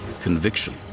conviction